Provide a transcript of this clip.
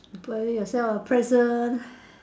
buy yourself a present